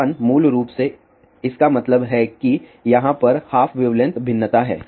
1 मूल रूप से इसका मतलब है कि यहाँ पर हाफ वेवलेंथ भिन्नता है